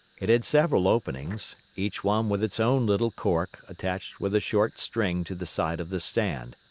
it had several openings, each one with its own little cork attached with a short string to the side of the stand.